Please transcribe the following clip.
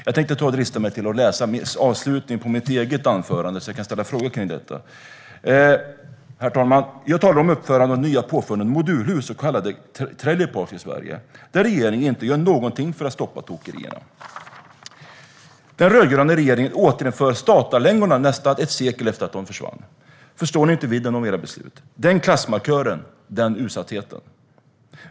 Jag tänkte drista mig till att läsa avslutningen på mitt eget anförande, så att jag kan ställa frågor utifrån detta. Herr talman! Jag talar om uppförandet av det nya påfundet modulhus, så kallade trailer parks, i Sverige. Regeringen gör ingenting för att stoppa tokerierna. Den rödgröna regeringen återinför statarlängorna nästan ett sekel efter att de försvann. Förstår ni inte vidden av era beslut? Förstår ni inte klassmarkören? Förstår ni inte utsattheten?